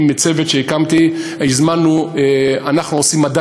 עם צוות שהקמתי, מדד חדש: